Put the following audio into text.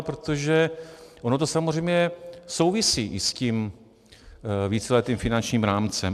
Protože ono to samozřejmě souvisí i s tím víceletým finančním rámcem.